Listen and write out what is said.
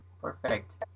Perfect